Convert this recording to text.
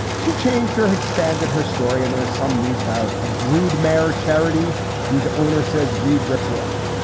she changed her. he expanded her story. and there's some news about a broodmare charity whose owner says reid ripped her off.